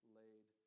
laid